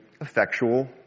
effectual